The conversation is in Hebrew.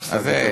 במושג מוצלח.